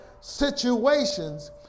situations